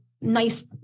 nice